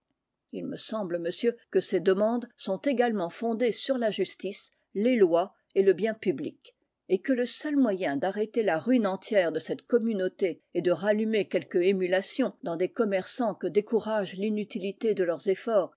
il me semble monsieur que ces demandes sont également fondées sur la justice les lois et le bien public et que le seul moyen d'arrêter la ruine entière de cette communauté et de rallumer quelque émulation dans des commerçants que découragent l'inutilité de leurs efforts